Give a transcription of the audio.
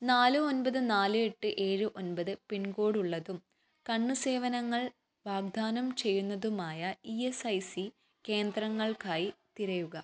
നാല് ഒൻപത് നാല് എട്ട് ഏഴ് ഒൻപത് പിൻകോഡ് ഉള്ളതും കണ്ണ് സേവനങ്ങൾ വാഗ്ദാനം ചെയ്യുന്നതുമായ ഇ എസ് ഐ സി കേന്ദ്രങ്ങൾക്കായി തിരയുക